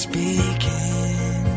Speaking